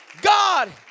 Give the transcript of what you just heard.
God